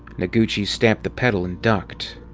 noguchi stamped the pedal and ducked.